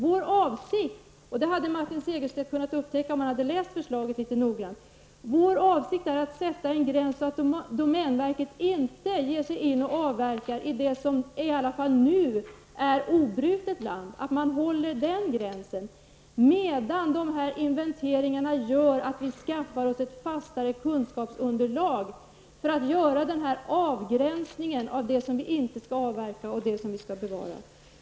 Vår avsikt -- och det hade Martin Segerstedt kunnat upptäcka om han hade läst förslaget noggrant -- är att sätta en gräns där domänverket inte ger sig in och avverkar i det som i alla fall nu är obrutet land. Man bör hålla den gränsen medan inventeringar görs som skaffar oss ett fastare kunskapsunderlag för att göra en avgränsning mellan det som vi kan avverka och det som vi skall bevara.